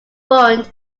fund